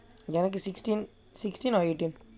எனக்கு:enakku sixteen or eighteen